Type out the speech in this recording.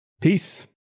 Peace